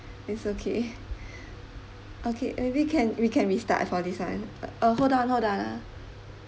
it's okay okay maybe can we can restart for this one uh hold on hold on ah